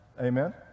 Amen